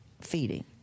feeding